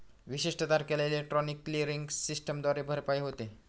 विशिष्ट तारखेला electronic clearing सिस्टमद्वारे भरपाई होते